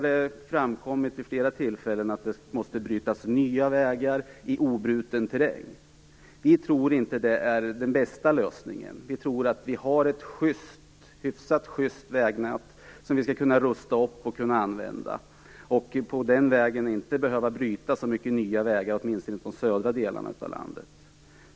Det har vid flera tillfällen framförts att det måste anläggas nya vägar i obruten terräng. Vi tror inte att det är den bästa lösningen. Vi menar att vägnätet är hyggligt bra och och att det kan rustas upp. Det behöver inte anläggas så många nya vägar, åtminstone inte i de södra delarna av landet.